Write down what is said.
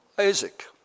Isaac